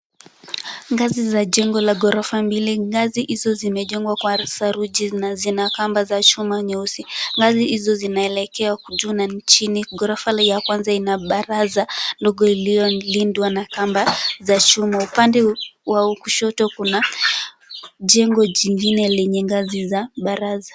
Ngazi za jengo la ghorofa mbili, ngazi hizo zimejengwa kwa saruji na zina kamba za chuma nyeusi. Ngazi hizo zinaelekea juu na chini. Ghorofa ya kwanza ina baraza ndogo iliyolindwa na kamba za chuma. Upande wa kushoto kuna jengo jingine lenye ngazi za baraza.